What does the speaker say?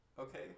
Okay